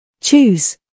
Choose